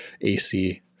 AC